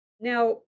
Now